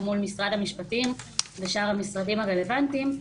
מול משרד המשפטים ושאר המשרדים הרלוונטיים,